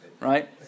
right